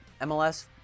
MLS